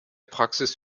praxis